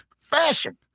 fashion